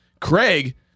Craig